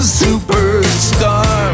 superstar